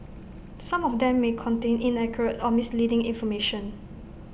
some of them may contain inaccurate or misleading information